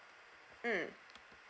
mm